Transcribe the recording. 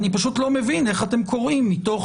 אני פשוט לא מבין איך אתם קוראים מתוך